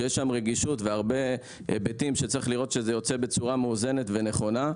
כאשר יש רגישות והרבה היבטים ולוודא שזה יוצא בצורה מאוזנת ונכונה.